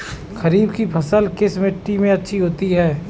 खरीफ की फसल किस मिट्टी में अच्छी होती है?